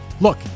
look